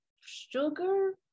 sugar